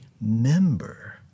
member